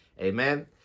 Amen